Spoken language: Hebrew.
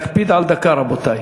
להקפיד על דקה, רבותי.